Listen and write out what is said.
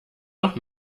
noch